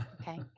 Okay